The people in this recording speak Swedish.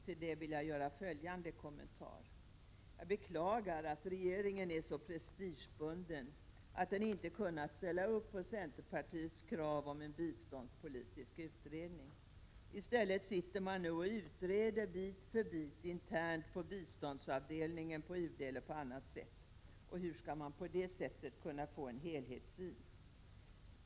Till det vill jag göra följande kommentar: Jag beklagar att regeringen är så prestigebunden att den inte kunnat ställa upp på centerpartiets krav på en biståndspolitisk utredning. I stället sitter man och utreder bit för bit internt på biståndsavdelningen på UD eller på annat sätt. Hur skall man på det sättet kunna få en helhetssyn?